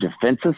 defensive